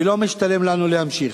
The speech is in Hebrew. ולא משתלם לנו להמשיך.